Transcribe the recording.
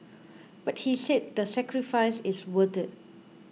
but he said the sacrifice is worth it